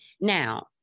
Now